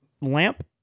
lamp